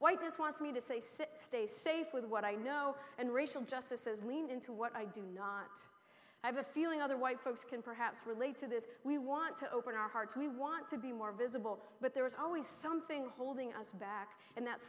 whiteness wants me to say sit stay safe with what i know and racial justice as lean into what i do not have a feeling other white folks can perhaps relate to this we want to open our hearts we want to be more visible but there is always something holding us back and that